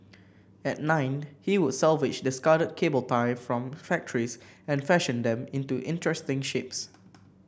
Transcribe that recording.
at nine he would salvage discarded cable tie from factories and fashion them into interesting shapes